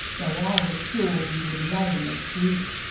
though i was sure you would lay in the street.